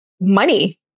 money